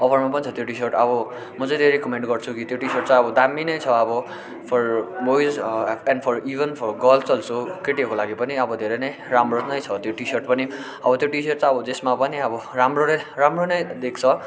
अफरमा पनि छ त्यो टी सर्ट अब म चाहिँ त्यही रिकमेन्ड गर्छु कि त्यो टी सर्ट चाहिँ अब दामी नै छ अब for boys and for even for girls also केटीहरूको लागि पनि अब धेरै नै राम्रो नै छ त्यो टी सर्ट पनि अब त्यो टी सर्ट चाहिँ अब जेमा पनि अब राम्रो नै राम्रो नै देख्छ